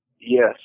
Yes